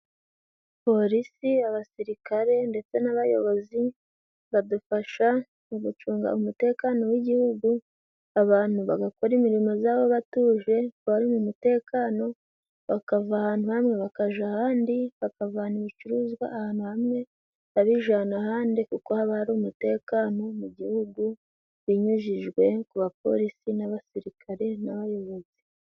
Polisi, abasirikare ndetse n'abayobozi badufasha mu gucunga umutekano w'igihugu, abantu bagakora imirimo zabo batuje, bari mu mutekano, bakava ahantu hamwe bakaja ahandi, bakavana ibicuruzwa ahantu hamwe babijana ahandi, kuko haba hari umutekano mu gihugu binyujijwe ku bapolisi n'abasirikare n'abayobozi.